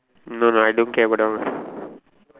no no I don't care about that one